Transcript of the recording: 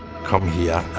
come here.